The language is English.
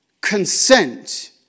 Consent